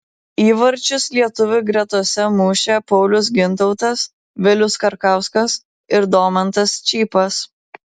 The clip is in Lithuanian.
įvarčius lietuvių gretose mušė paulius gintautas vilius karkauskas ir domantas čypas